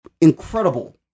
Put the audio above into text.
incredible